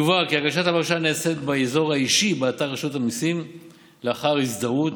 יובהר כי הגשת הבקשה נעשית באזור האישי באתר רשות המיסים לאחר הזדהות.